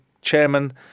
chairman